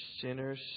sinners